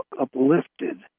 uplifted